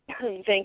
Thank